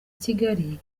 kigali